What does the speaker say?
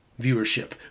viewership